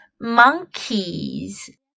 monkeys